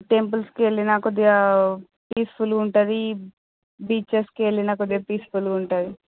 టెంపుల్స్కి వెళ్ళినా కొద్దిగా పీస్ఫుల్గా ఉంటుంది బీచెస్కి వెళ్ళినా కొద్దిగా పీస్ఫుల్గా ఉంటుంది